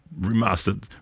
remastered